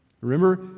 Remember